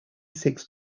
six